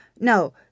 no